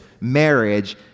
marriage